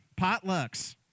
potlucks